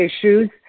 issues